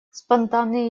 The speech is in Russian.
спонтанные